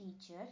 teacher